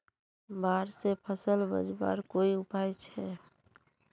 बाढ़ से फसल बचवार कोई उपाय छे?